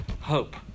hope